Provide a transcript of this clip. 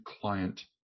client